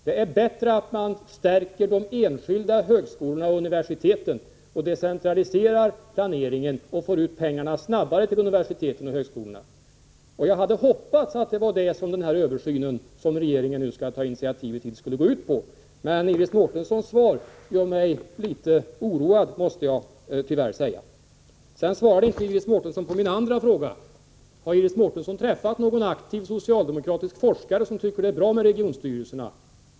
Det är bättre att man stärker de enskilda högskolorna och universiteten, decentraliserar planeringen och får ut pengarna snabbare till universitet och högskolor. Jag hade hoppats att det var det den översyn skulle gå ut på som regeringen nu skall ta initiativ till, men Iris Mårtenssons svar gjorde mig litet oroad, måste jag tyvärr säga. Sedan svarade inte Iris Mårtensson på min andra fråga: Har Iris Mårtensson träffat någon aktiv socialdemokratisk forskare som tycker att det är bra med regionstyrelserna?